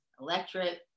electric